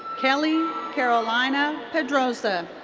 kelly carolina pedroza.